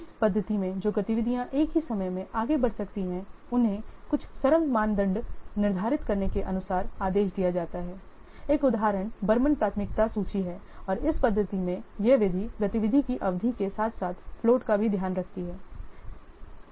इस पद्धति में जो गतिविधियाँ एक ही समय में आगे बढ़ सकती हैं उन्हें कुछ सरल मानदंड निर्धारित करने के अनुसार आदेश दिया जाता है एक उदाहरण बर्मन प्राथमिकता सूची है और इस पद्धति में यह विधि गतिविधि की अवधि के साथ साथ फ्लोट का भी ध्यान रखती है